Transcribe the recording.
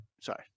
Sorry